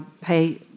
pay